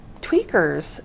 tweakers